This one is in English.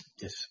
Yes